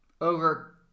over